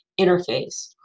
interface